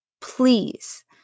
please